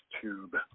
tube